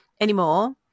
anymore